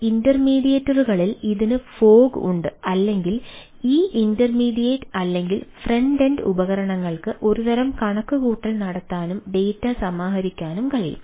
ഇന്റർമീഡിയറ്റിൽ ഇതിന് ഫോഗ് സമാഹരിക്കാനും കഴിയും